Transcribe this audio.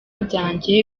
byanjye